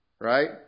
Right